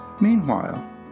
Meanwhile